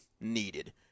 needed